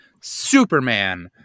Superman